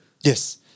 Yes